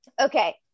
Okay